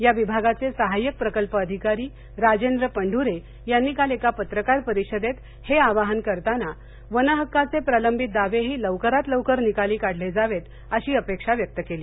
या विभागाचे सहाय्यक प्रकल्प अधिकारी राजेंद्र पंढुरे यांनी काल एका पत्रकार परिषदेत हे आवाहन करताना वनहक्काचे प्रलंबित दावेही लवकरात लवकर निकाली काढले जावेत अशी अपेक्षा व्यक्त केली